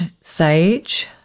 sage